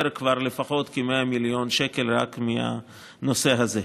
הוא כבר לפחות 100 מיליון שקל רק מהנושא הזה.